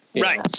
Right